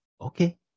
okay